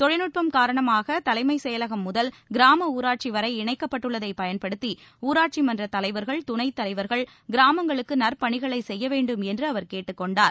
தொழில்நுட்பம் காரணமாக தலைமைச் செயலகம் முதல் கிராம ஊராட்சி வரை இணைக்கப்பட்டுள்ளதை பயன்படுத்தி ஊராட்சி மன்றத் தலைவர்கள் துணைத் தலைவர்கள் கிராமங்களுக்கு நற்பணிகளை செய்ய வேண்டும் என்று அவர் கேட்டுக் கொண்டார்